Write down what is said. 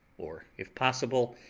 or, if possible,